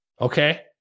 Okay